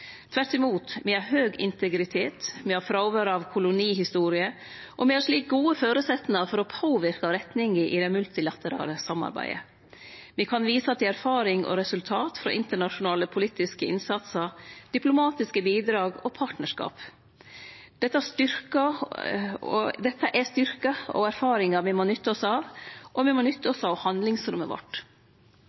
Tvert imot – me har høg integritet, me har fråvær av kolonihistorie, og me har slik gode føresetnader for å påverke retninga i det multilaterale samarbeidet. Me kan vise til erfaring og resultat frå internasjonale politiske innsatsar, diplomatiske bidrag og partnarskapar. Dette er styrkar og erfaringar me må nytte oss av, og me må nytte oss av handlingsrommet vårt.